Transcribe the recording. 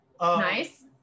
Nice